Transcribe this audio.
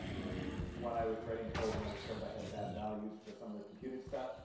um and when i was writing code and i discovered i had bad values for some of the computed stuff,